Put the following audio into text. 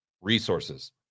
resources